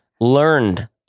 learned